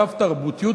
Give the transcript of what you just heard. הרב-תרבותיות,